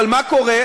אבל מה קורה?